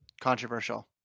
Controversial